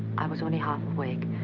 i was only half awake.